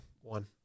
One